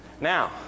Now